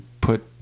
put